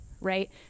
right